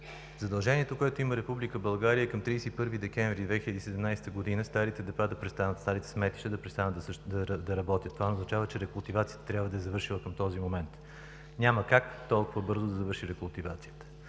Задължението, което има Република България към 31 декември 2017 г., е старите депа, старите сметища да престанат да работят. Това означава, че рекултивацията трябва да е завършила към този момент. Няма как толкова бързо да завърши рекултивацията.